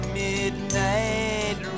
midnight